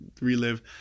relive